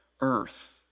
earth